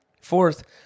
Fourth